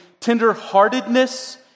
tenderheartedness